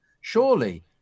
surely